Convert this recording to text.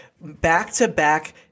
back-to-back